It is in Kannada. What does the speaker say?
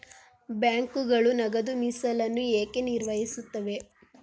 ಬ್ಯಾಂಕುಗಳು ನಗದು ಮೀಸಲನ್ನು ಏಕೆ ನಿರ್ವಹಿಸುತ್ತವೆ?